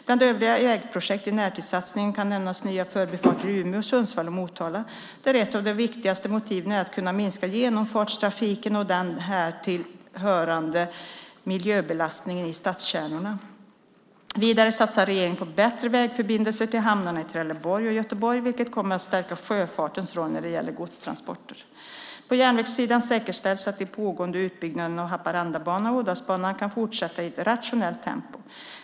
Bland övriga vägprojekt i närtidssatsningen kan nämnas nya förbifarter i Umeå, Sundsvall och Motala, där ett av de viktigaste motiven är att kunna minska genomfartstrafiken och den därtill hörande miljöbelastningen i stadskärnorna. Vidare satsar regeringen på bättre vägförbindelser till hamnarna i Trelleborg och Göteborg, vilket kommer att stärka sjöfartens roll när det gäller godstransporter. På järnvägssidan säkerställs att de pågående utbyggnaderna av Haparandabanan och Ådalsbanan kan fortsätta i ett rationellt tempo.